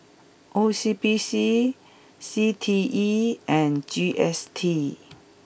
O C B C C T E and G S T